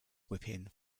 whipping